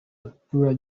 duturanye